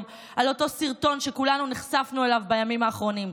על אותו סרטון שכולנו נחשפנו אליו בימים האחרונים,